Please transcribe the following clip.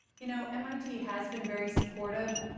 you know mit has been very supportive.